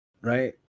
right